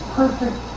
perfect